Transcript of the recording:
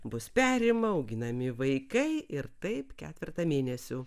bus perima auginami vaikai ir taip ketvertą mėnesių